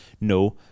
No